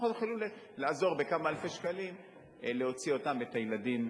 לפחות יכולים לעזור בכמה אלפי שקלים להוציא אותם ואת הילדים,